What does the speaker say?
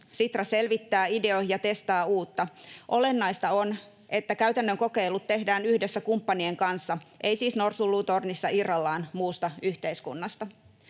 Sitra selvittää, ideoi ja testaa uutta. Olennaista on, että käytännön kokeilut tehdään yhdessä kumppanien kanssa — ei siis norsunluutornissa irrallaan muusta yhteiskunnasta.